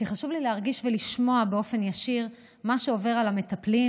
כי חשוב לי להרגיש ולשמוע באופן ישיר מה עובר על המטפלים,